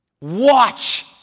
Watch